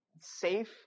safe